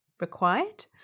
required